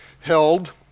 held